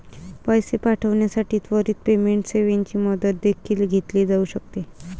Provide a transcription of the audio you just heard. पैसे पाठविण्यासाठी त्वरित पेमेंट सेवेची मदत देखील घेतली जाऊ शकते